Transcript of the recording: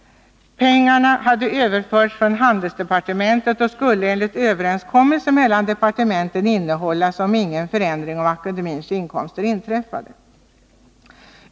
Pengarna hade överförts från handelsdepartementet och skulle enligt överenskommelse mellan departementen innehållas om ingen förändring av akademiens inkomster inträffade.